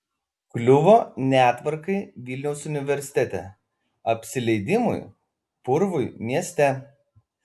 kliuvo netvarkai vilniaus universitete apsileidimui purvui mieste